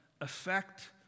affect